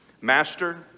master